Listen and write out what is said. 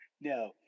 no